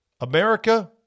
America